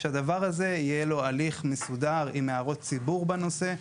כדי שלדבר הזה יהיה הליך מסודר עם הערות ציבור בנושא,